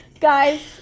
Guys